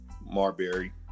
Marbury